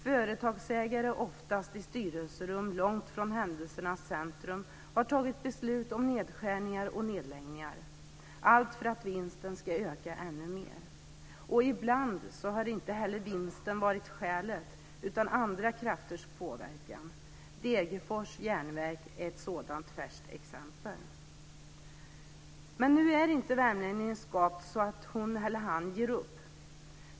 Företagsägare, oftast i styrelserum långt från händelsernas centrum, har fattat beslut om nedskärningar och nedläggningar, allt för att vinsten ska öka ännu mer. Ibland har inte heller vinsten varit skälet, utan andra krafters påverkan - Degerfors Järnverk är ett sådant färskt exempel. Men nu är inte värmlänningen skapt så att hon eller han ger upp.